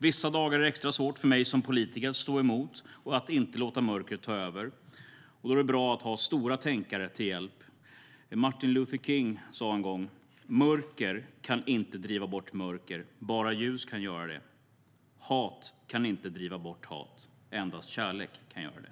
Vissa dagar är det extra svårt för mig som politiker att stå emot och inte låta mörkret ta över. Då är det bra att ta stora tänkare till hjälp. Martin Luther King sa en gång: Mörker kan inte driva bort mörker, bara ljus kan göra det. Hat kan inte driva bort hat, endast kärlek kan göra det.